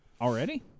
Already